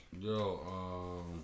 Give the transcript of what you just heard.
yo